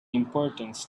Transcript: importance